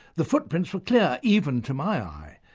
the footprints were clear, even to my eye,